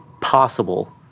possible